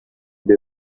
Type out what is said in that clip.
they